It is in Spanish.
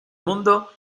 mundo